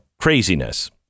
craziness